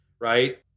right